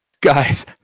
Guys